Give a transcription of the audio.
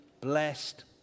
blessed